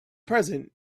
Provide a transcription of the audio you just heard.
present